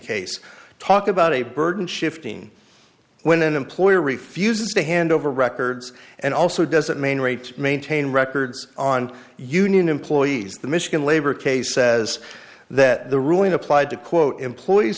case talk about a burden shifting when an employer refuses to hand over records and also doesn't mean rates maintain records on union employees the michigan labor case says that the ruling applied to quote employees